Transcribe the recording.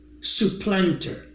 supplanter